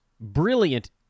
brilliant